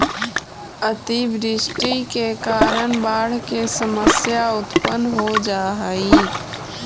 अतिवृष्टि के कारण बाढ़ के समस्या उत्पन्न हो जा हई